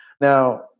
Now